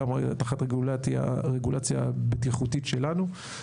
גם תחת רגולציה בטיחותית שלנו.